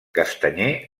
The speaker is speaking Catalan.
castanyer